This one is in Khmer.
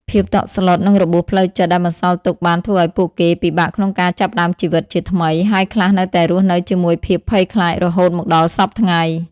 ភាពតក់ស្លុត និងរបួសផ្លូវចិត្តដែលបន្សល់ទុកបានធ្វើឲ្យពួកគេពិបាកក្នុងការចាប់ផ្តើមជីវិតជាថ្មី ហើយខ្លះនៅតែរស់នៅជាមួយភាពភ័យខ្លាចរហូតមកដល់សព្វថ្ងៃ។